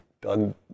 done